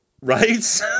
Right